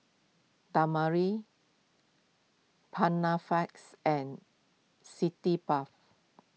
Dermale Panaflex and city Bath